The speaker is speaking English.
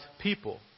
people